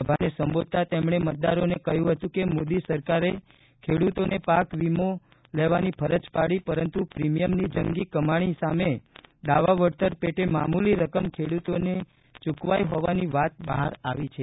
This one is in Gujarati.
સભાને સંબોધતા તેમણે મતદારોને કહ્યું હતું કે મોદી સરકારે ખેડૂતોને પાક વિમો લેવાની ફરજ પાડી પરંતુ પ્રીમિયમની જંગી કમાણી સામે દાવા વળતર પેટે મામૂલી રકમ ખેડૂતોને ચુકવાઇ હોવાની વાત બહાર આવી છે